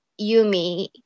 Yumi